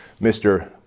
Mr